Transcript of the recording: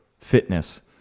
fitness